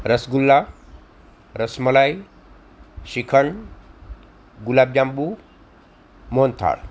rasgulla rasmalai shrikhand gulab jamun mohanthal